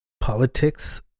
politics